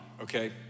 okay